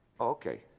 Okay